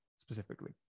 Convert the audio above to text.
specifically